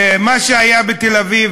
למה שהיה בתל-אביב,